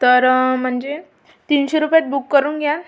तर म्हणजे तीनशे रुपयात बुक करून घ्या